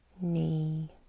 knee